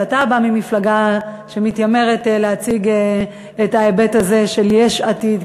ואתה בא ממפלגה שמתיימרת להציג את ההיבט הזה של "יש עתיד",